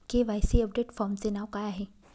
KYC update फॉर्मचे नाव काय आहे?